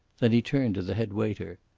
then he turned to the head waiter.